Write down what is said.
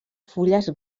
fulles